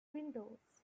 windows